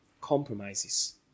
compromises